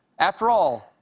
after all,